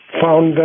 found